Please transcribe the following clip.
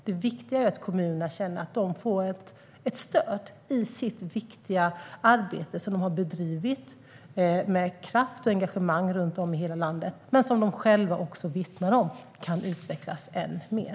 Det viktiga är att kommunerna känner att de får ett stöd i sitt viktiga arbete som de har bedrivit med kraft och engagemang runt om i hela landet men som de själva också vittnar om kan utvecklas än mer.